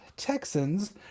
texans